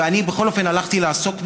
ואני בכל אופן הלכתי לעסוק בזה,